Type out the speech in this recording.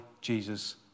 Jesus